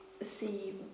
see